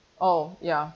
oh ya